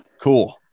cool